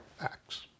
acts